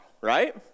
right